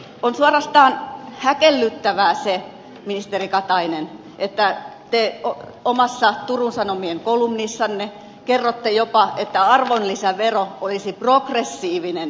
on suorastaan häkellyttävää se ministeri katainen että te omassa turun sanomien kolumnissanne kerrotte jopa että arvonlisävero olisi progressiivinen vero